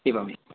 एवम्